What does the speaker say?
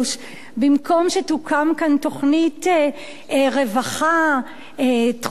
במקום שתוקם כאן תוכנית רווחה דחופה,